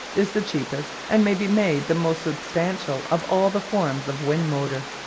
is the cheapest and may be made the most substantial of all the forms of wind-motor.